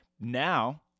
Now